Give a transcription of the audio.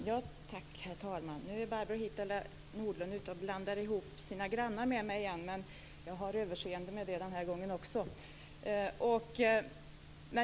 Herr talman! Nu blandar Barbro Hietala Nordlund ihop mig med sin granne igen. Men jag har överseende med det den här gången också.